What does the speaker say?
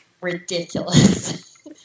ridiculous